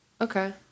okay